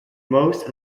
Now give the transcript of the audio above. most